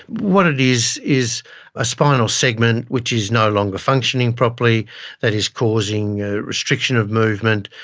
what it is is a spinal segment which is no longer functioning properly that is causing ah restriction of movement,